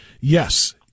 Yes